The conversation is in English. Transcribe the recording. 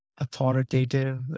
authoritative